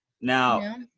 Now